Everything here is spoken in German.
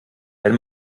wenn